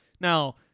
Now